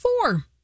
four